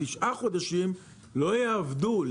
תשעה חודשים לא יעבדו פה,